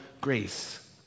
grace